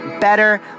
better